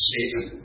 Satan